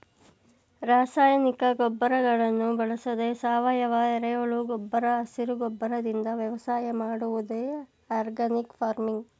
ರಾಸಾಯನಿಕ ಗೊಬ್ಬರಗಳನ್ನು ಬಳಸದೆ ಸಾವಯವ, ಎರೆಹುಳು ಗೊಬ್ಬರ ಹಸಿರು ಗೊಬ್ಬರದಿಂದ ವ್ಯವಸಾಯ ಮಾಡುವುದೇ ಆರ್ಗ್ಯಾನಿಕ್ ಫಾರ್ಮಿಂಗ್